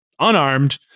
unarmed